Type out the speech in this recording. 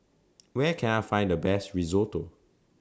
Where Can I Find The Best Risotto